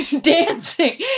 dancing